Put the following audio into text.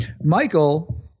Michael